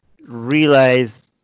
realize